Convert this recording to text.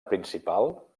principal